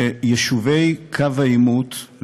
ליישובי קו העימות,